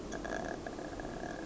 uh